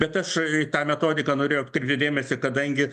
bet aš į tą metodiką norėjau atkreipti dėmesį kadangi